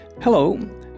hello